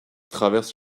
traverse